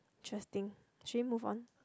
interesting should we move on